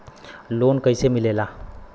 Loan कईसे मिलेला?